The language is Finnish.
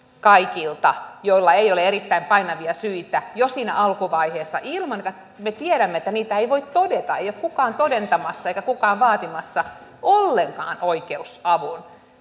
kaikilta joilla ei ole erittäin painavia syitä jo siinä alkuvaiheessa ilman että me tiedämme että niitä ei voi todeta ei ole kukaan todentamassa eikä kukaan vaatimassa oikeusavun